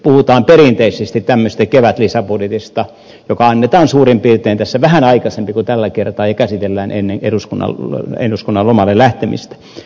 puhutaan perinteisesti tämmöisestä kevätlisäbudjetista joka annetaan suurin piirtein tässä vähän aikaisemmin kuin tällä kertaa ja käsitellään ennen eduskunnan lomalle lähtemistä